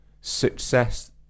success